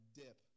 dip